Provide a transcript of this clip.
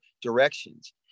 directions